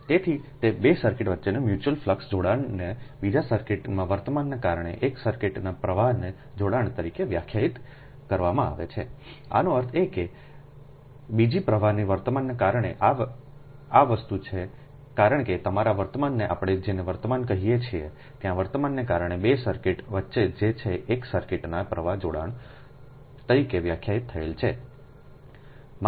તેથી તેથી 2 સર્કિટ વચ્ચેના મ્યુચ્યુઅલ ફ્લક્સ જોડાણને બીજા સર્કિટમાં વર્તમાનને કારણે એક સર્કિટના પ્રવાહ જોડાણ તરીકે વ્યાખ્યાયિત કરવામાં આવે છેઆનો અર્થ એ કે આ બીજી પ્રવાહની વર્તમાનને કારણે આ વસ્તુ છે કારણ કે તમારા વર્તમાનમાં આપણે જેને વર્તમાન કહીએ છીએ ત્યાં વર્તમાનને કારણે 2 સર્કિટ વચ્ચે જે છે તે એક સર્કિટના પ્રવાહ જોડાણ તરીકે વ્યાખ્યાયિત થયેલ છે